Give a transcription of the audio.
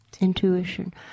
Intuition